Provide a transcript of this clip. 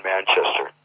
Manchester